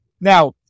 Now